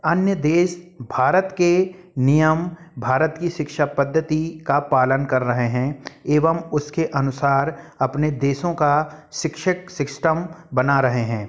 अन्य देश भारत के नियम भारत की शिक्षा पद्धति का पालन कर रहे हैं एवं उसके अनुसार अपने देशों का शिक्षक शिक्षतम बना रहे हैं